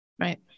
Right